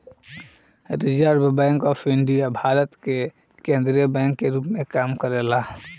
reserve bank of India Bharat के केंद्रीय bank के रूप में काम करेला